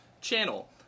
channel